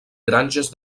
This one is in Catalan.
granges